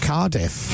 Cardiff